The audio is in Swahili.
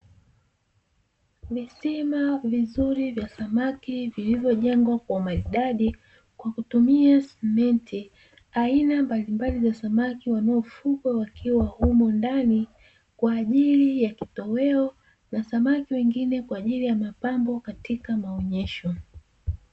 Visima vizuri vya samaki vilivyojengwa kwa umaridadi, kwa kutumia simenti. Aina mbalimbali za samaki wanaofugwa wakiwa humo ndani kwa ajili ya kitoweo, na samaki wengine kwa ajili ya mapambo katika maonyesho.